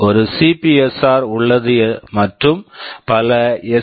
ஒரு CPSR CPSR உள்ளது மற்றும் பல எஸ்